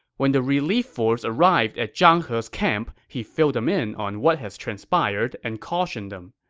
when the relief force arrived at zhang he's camp, he filled them in on what has transpired and cautioned them,